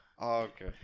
Okay